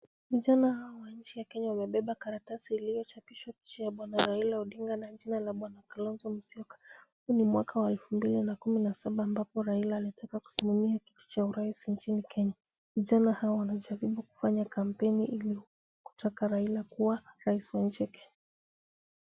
Vijana hawa nchi ya Kenya wanabeba karatasi iliyochapishwa picha ya Bwana Raila Odinga na jina la Bwana Kalonzo Musyoka. Huu ni mwaka wa elfu mbili na kumi na saba ambapo Raila alitaka kusimamia kiti cha urais nchini Kenya. Vijana hawa wanajaribu kufanya kampeni ili kutaka Raila kuwa rais wa nchi ya Kenya.